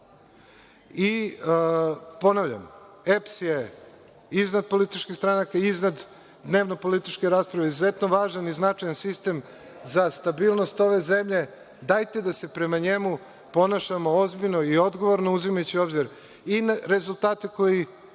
i ponavljam – EPS je iznad političkih stranaka, iznad dnevno-političke rasprave, izuzetno važan i značajan sistem za stabilnost ove zemlje i dajte da se prema njemu ponašamo ozbiljno i odgovorno, uzimajući u obzir i rezultate koje